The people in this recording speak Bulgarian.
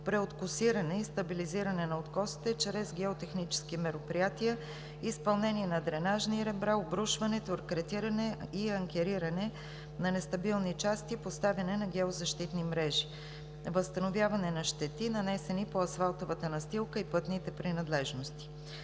преоткосиране и стабилизиране на откосите чрез геотехнически мероприятия, изпълнение на дренажни ребра, обрушване, торкретиране и анкериране на нестабилни части, поставяне на геозащитни мрежи, възстановяване на щети, нанесени по асфалтовата настилка и пътните принадлежности.